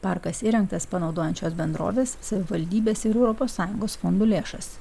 parkas įrengtas panaudojant šios bendrovės savivaldybės ir europos sąjungos fondų lėšas